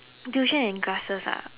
tuition and classes ah